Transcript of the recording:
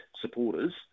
supporters